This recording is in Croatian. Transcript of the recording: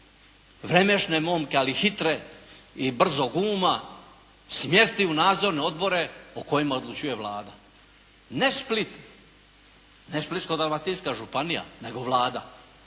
vremešne momke, ali hitre i brzog uma smjesti u nadzorne odbore o kojima odlučuje Vlada. Ne Split, ne Splitsko-dalmatinska županija, nego Vlada.